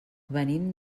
venim